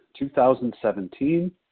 2017